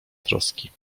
troski